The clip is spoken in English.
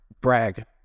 brag